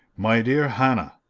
my dear hannah!